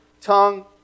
tongue